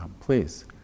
please